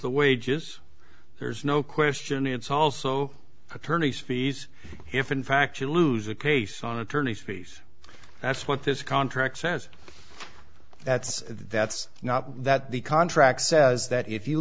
the wages there's no question it's also attorney's fees if in fact you lose a case on attorney's fees that's what this contract says that's that's not that the contract says that if you